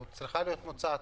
או צריכה להיות מוצעת,